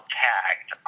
tagged